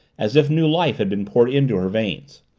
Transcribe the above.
as if new life had been poured into her veins.